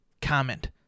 Comment